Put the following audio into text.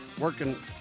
working